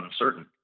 uncertain